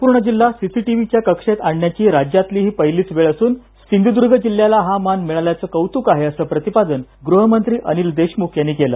संपूर्ण जिल्हा सीसीटीव्हीच्या कक्षेत आणण्याची राज्यातील ही पहिलीच वेळ असून सिंधुदुर्ग जिल्ह्याला हा मान मिळाल्याचे कौतुक आहे असं प्रतिपादन गृहमंत्री अनिल देशमुख यांनी केल